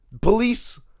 police